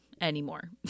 anymore